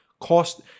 cost